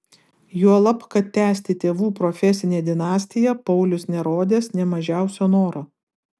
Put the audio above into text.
juolab kad tęsti tėvų profesinę dinastiją paulius nerodęs nė mažiausio noro